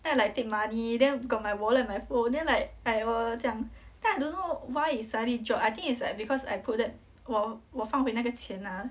then I like take money then got my wallet my phone then like wallet 这样 then I don't know why it suddenly drop I think it's like because I put that 我我放回那个钱啊